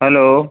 hello